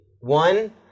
One